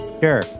sure